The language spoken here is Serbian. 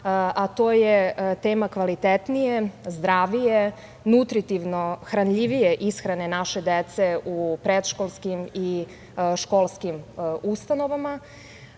a to je tema kvalitetnije, zdravije, nutritivno hranljivije ishrane naše dece u predškolskim i školskim ustanovama. Nedavno